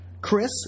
Chris